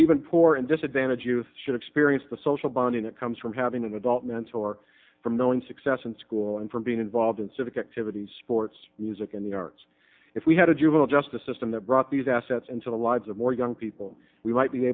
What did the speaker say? even poor and disadvantaged youth should experience the social bonding that comes from having an adult mentor from knowing success in school and from being involved in civic activities sports music and the arts if we had a juvenile justice system that brought these assets into the lives of more young people we might be